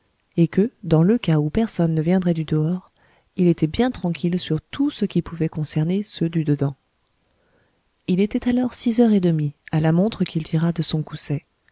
et que dans le cas où personne ne viendrait du dehors il était bien tranquille sur tout ce qui pouvait concerner ceux du dedans il était alors six heures et demie à la montre qu'il tira de son gousset